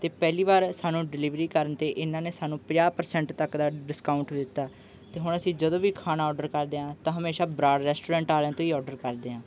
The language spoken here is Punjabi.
ਅਤੇ ਪਹਿਲੀ ਵਾਰ ਸਾਨੂੰ ਡਿਲੀਵਰੀ ਕਰਨ 'ਤੇ ਇਹਨਾਂ ਨੇ ਸਾਨੂੰ ਪੰਜਾਹ ਪਰਸੈਂਟ ਤੱਕ ਦਾ ਡਿਸਕਾਊਟ ਵੀ ਦਿੱਤਾ ਅਤੇ ਹੁਣ ਅਸੀਂ ਜਦੋਂ ਵੀ ਖਾਣਾ ਔਡਰ ਕਰਦੇ ਹਾਂ ਤਾਂ ਹਮੇਸ਼ਾ ਬਰਾੜ ਰੈਸਟੋਰੈਂਟ ਵਾਲਿਆਂ ਤੋਂ ਹੀ ਔਡਰ ਕਰਦੇ ਹਾਂ